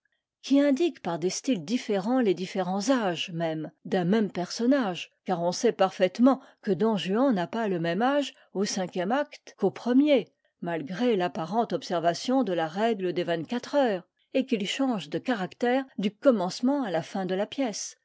qui indique par des styles différents les différents âges même d'un même personnage car on sait parfaitement que don juan n'a pas le même âge au cinquième acte qu'au premier malgré l'apparente observation de la règle des vingt-quatre heures et qu'il change de caractère du commencement à la fin de la pièce